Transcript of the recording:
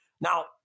Now